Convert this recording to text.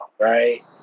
Right